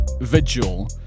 vigil